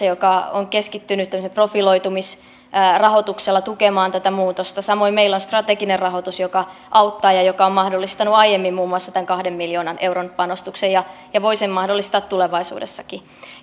joka on keskittynyt profiloitumisrahoituksella tukemaan tätä muutosta samoin meillä on strateginen rahoitus joka auttaa ja joka on mahdollistanut aiemmin muun muassa tämän kahden miljoonan euron panostuksen ja voi sen mahdollistaa tulevaisuudessakin